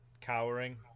cowering